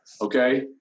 okay